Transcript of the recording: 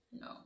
no